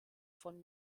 von